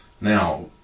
Now